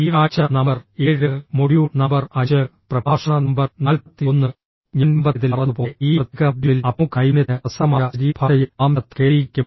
ഈ ആഴ്ച number 7 module number 5 പ്രഭാഷണ നമ്പർ 41 ഞാൻ മുമ്പത്തേതിൽ പറഞ്ഞതുപോലെ ഈ പ്രത്യേക മൊഡ്യൂളിൽ അഭിമുഖ നൈപുണ്യത്തിന് പ്രസക്തമായ ശരീരഭാഷയിൽ നാം ശ്രദ്ധ കേന്ദ്രീകരിക്കും